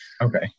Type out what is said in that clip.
okay